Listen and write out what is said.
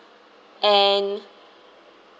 and